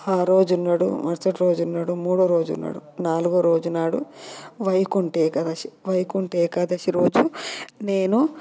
ఆరోజు ఉన్నడు మరుసటి రోజు ఉన్నాడు మూడో రోజు ఉన్నాడు నాలుగో రోజు నాడు వైకుంఠ ఏకాదశి వైకుంఠ ఏకాదశి రోజు నేను